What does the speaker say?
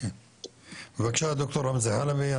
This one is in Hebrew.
בבקשה ד"ר רמזי חלבי,